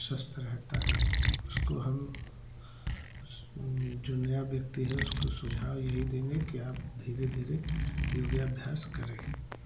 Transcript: स्वस्थ रहता है उसको हम जो नया व्यक्ति है उसको सुझाव यही देंगे कि आप धीरे धीरे योगाभ्यास करें